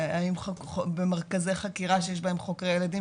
האם במרכזי חקירה שיש בהם חוקרי ילדים